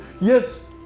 Yes